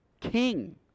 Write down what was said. King